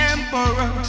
Emperor